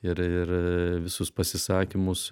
ir ir visus pasisakymus